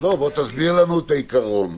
תסביר לנו את העיקרון.